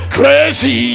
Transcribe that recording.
Crazy